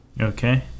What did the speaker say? Okay